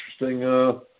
interesting